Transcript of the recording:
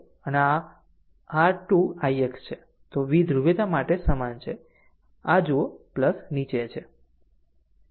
આમ જો તે r 2 ix છે તો v ધ્રુવીયતા માટે સમાન છે અહીં જુઓ નીચે છે